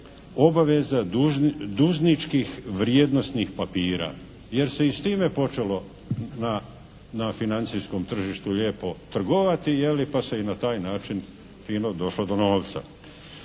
obaveze dužničkih vrijednosnih papira jer se i s time počelo na financijskom tržištu lijepo trgovati je li, pa se i na taj način fino došlo do novca.